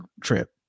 trip